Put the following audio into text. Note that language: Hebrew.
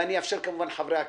ואאפשר כמובן לחברי הכנסת.